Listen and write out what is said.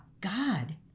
God